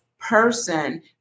person